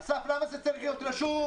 אסף, למה זה צריך להיות רשום?